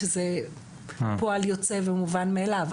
שזה פועל יוצא והוא מובן מאליו,